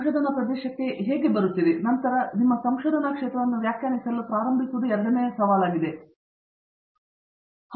ಸಂಶೋಧನಾ ಪ್ರದೇಶಕ್ಕೆ ನೀವು ಎಲ್ಲಿಗೆ ಬರುತ್ತಿರುತ್ತೀರಿ ಮತ್ತು ನಂತರ ನಿಮ್ಮ ಸ್ವಂತ ಸಂಶೋಧನಾ ಕ್ಷೇತ್ರವನ್ನು ವ್ಯಾಖ್ಯಾನಿಸಲು ಪ್ರಾರಂಭಿಸಿರುವುದು ಎರಡನೆಯ ಸವಾಲಾಗಿದೆ ಎಂದು ಬಹಳ ಹಳೆಯ ವ್ಯಾಖ್ಯಾನವು ಹೇಳುತ್ತದೆ